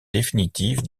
définitive